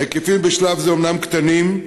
ההיקפים בשלב זה אומנם קטנים,